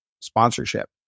sponsorship